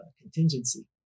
contingency